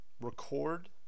record